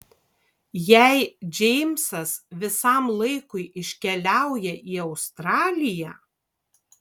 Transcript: jei džeimsas visam laikui iškeliauja į australiją